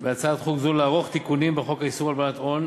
בהצעת חוק זו לערוך תיקונים בחוק איסור הלבנת הון,